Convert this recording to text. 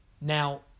now